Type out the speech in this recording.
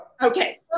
Okay